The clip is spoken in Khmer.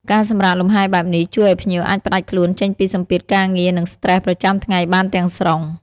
ការសម្រាកលំហែបែបនេះ ជួយឲ្យភ្ញៀវអាចផ្តាច់ខ្លួនចេញពីសម្ពាធការងារ និងស្ត្រេសប្រចាំថ្ងៃបានទាំងស្រុង។